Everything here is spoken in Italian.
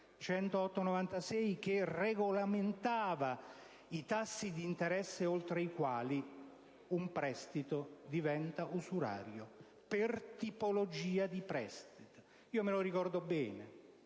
1996, che regolamentava i tassi di interesse oltre i quali un prestito diventa usurario, per tipologia di prestito. Lo ricordo bene.